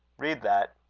read that.